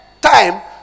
time